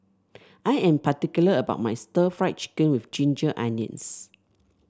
I am particular about my stir Fry Chicken with Ginger Onions